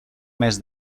mes